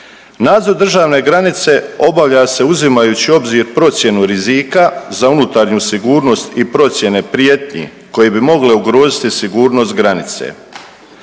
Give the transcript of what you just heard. Nadzor državne granice obavlja se uzimajući u obzir procjenu rizika za unutarnju sigurnost i procjene prijetnji koje bi mogle ugroziti sigurnost granice.